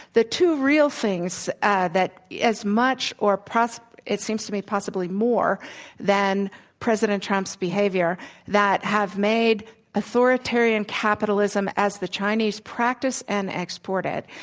the two real things that as much or it seems to me, possibly more than president trump's behavior that have made authoritarian capitalism as the chinese practice and exported.